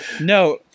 No